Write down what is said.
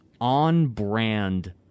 on-brand